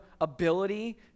ability